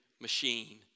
machine